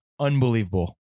unbelievable